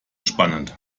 spannend